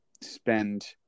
spend